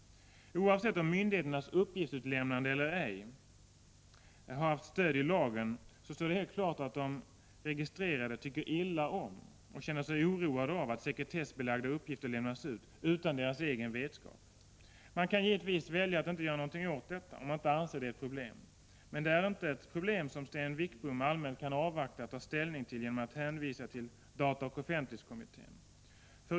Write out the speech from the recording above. Oavsett om myndigheternas uppgiftsutlämnande till detta projekt har haft stöd i lagen eller ej står det helt klart att de registrerade tycker illa om och känner sig oroade av att sekretessbelagda uppgifter lämnas ut, utan deras egen vetskap. Man kan givetvis välja att inte göra någonting åt detta, om man inte anser att det är ett problem. Men det är inte ett problem som Sten Wickbom allmänt kan avvakta innan han tar ställning, genom att hänvisa till dataoch offentlighetskommittén.